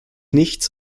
nichts